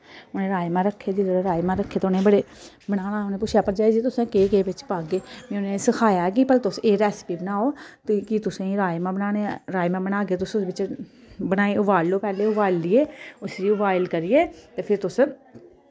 में राजमां रक्खे ते राजमां बड़े मनाने ते उनै पुच्छेआ कि तुस केह् केह् बिच पागे ते में उने सखाया कि भला तुस एह् रेसिपी बनाओ ते राजमां बनाने ते राजमां बनागे तुस उदे बिच पैह्लें उबाले ते उबालियै उस्सी उबआईल करियै ते फिर तुस